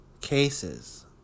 cases